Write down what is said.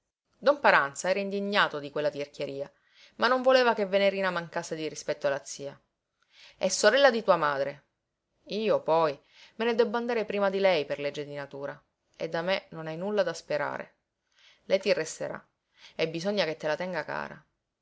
don paranza era indignato di quella tirchieria ma non voleva che venerina mancasse di rispetto alla zia è sorella di tua madre io poi me ne debbo andare prima di lei per legge di natura e da me non hai nulla da sperare lei ti resterà e bisogna che te la tenga cara